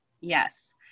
Yes